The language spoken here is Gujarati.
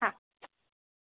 હા